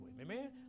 amen